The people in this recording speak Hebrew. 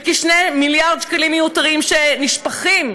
וכ-2 מיליארד שקלים מיותרים שנשפכים,